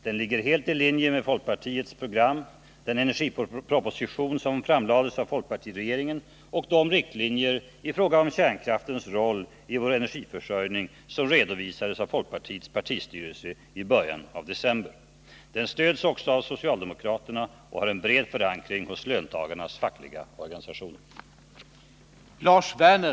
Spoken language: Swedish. Den ligger helt i linje med folkpartiets program, den energiproposition som framlades av folkpartiregeringen och de riktlinjer i fråga om kärnkraftens roll i vår energiförsörjning som redovisades av folkpartiets partistyrelse i början av december. Den stöds också av socialdemokraterna och har en bred förankring hos löntagarnas fackliga organisationer.